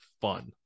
fun